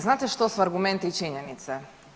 Znate što argumenti i činjenice?